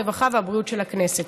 הרווחה והבריאות של הכנסת.